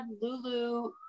Lulu